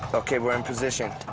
ok we're in position.